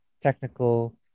technical